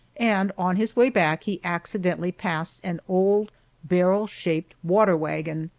and on his way back he accidentally passed an old barrel-shaped water wagon.